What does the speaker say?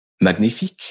Magnifique